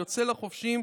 יוצא חופשי,